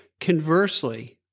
Conversely